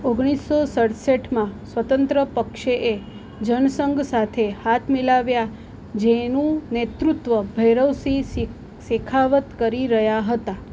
ઓગણીસો સડસઠમાં સ્વતંત્ર પક્ષેએ જનસંઘ સાથે હાથ મિલાવ્યા જેનું નેતૃત્વ ભૈરવસિંહ શેખાવત કરી રહ્યા હતા